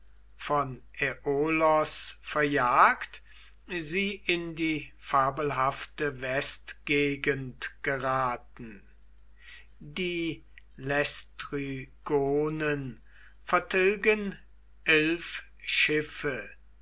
von aiolos verjagt sie in die fabelhafte westgegend geraten die laistrygonen vertilgen elf schiffe